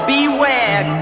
Beware